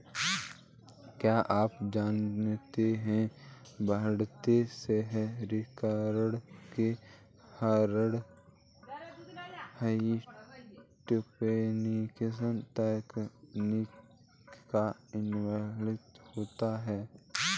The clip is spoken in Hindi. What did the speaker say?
क्या आप जानते है बढ़ते शहरीकरण के कारण हाइड्रोपोनिक्स तकनीक का इस्तेमाल होता है?